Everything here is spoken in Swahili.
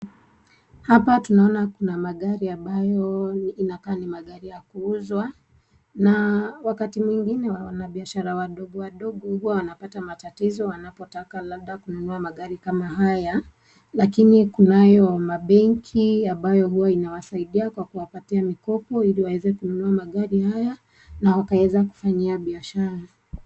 Hapa tunaona kuna magari ambayo inakaa ni magari ya kuuzwa na wakati mwingine wanabiashara wadogo wadogo huwa wanapata matatizo wanapotaka labda kununua magari kama haya, lakini kunayo mabenki ambayo huwa inawasaidia kwa kuwapatia mikopo ili waweze kununua magari haya, na waweze kufanyia biashara.